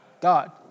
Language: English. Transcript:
God